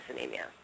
anemia